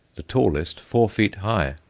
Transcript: the tallest four feet high.